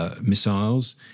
missiles